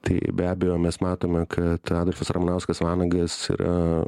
tai be abejo mes matome kad adolfas ramanauskas vanagas yra